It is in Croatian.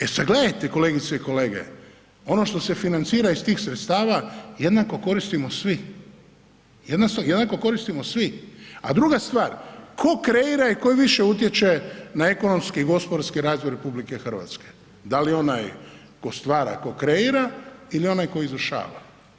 E sad gledajte kolegice i kolege, ono što se financira iz tih sredstava jednako koristimo svi, jednako koristimo svi, a druga stvar, ko kreira i ko više utječe na ekonomski i gospodarski razvoj RH, da li onaj ko stvara, ko kreira ili onaj koji izvršava.